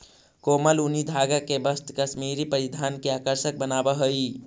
कोमल ऊनी धागा के वस्त्र कश्मीरी परिधान के आकर्षक बनावऽ हइ